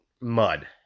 mud